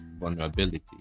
vulnerability